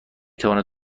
تواند